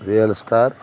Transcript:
real star